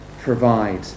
provide